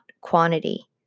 quantity